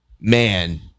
man